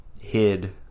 hid